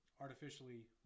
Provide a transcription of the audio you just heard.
artificially